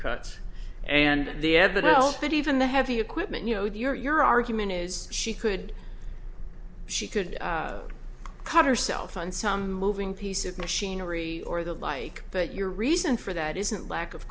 evidence but even the heavy equipment you know your your argument is she could she could cut herself on some moving piece of machinery or the like but your reason for that isn't lack of